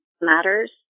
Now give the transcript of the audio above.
matters